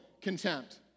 contempt